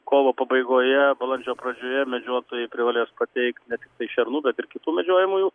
kovo pabaigoje balandžio pradžioje medžiotojai privalės pateikti ne tiktai šernų bet ir kitų medžiojamųjų